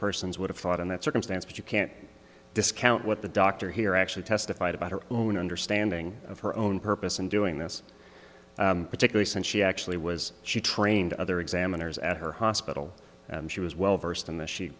persons would have thought in that circumstance but you can't discount what the doctor here actually testified about her own understanding of her own purpose in doing this particularly since she actually was she trained other examiners at her hospital and she was well versed in the she